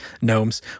gnomes